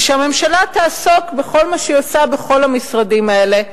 ושהממשלה תעסוק בכל מה שהיא עושה בכל המשרדים האלה,